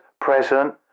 present